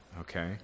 okay